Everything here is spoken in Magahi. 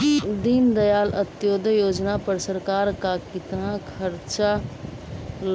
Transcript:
दीनदयाल अंत्योदय योजना पर सरकार का कितना खर्चा